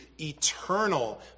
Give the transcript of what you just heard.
eternal